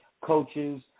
coaches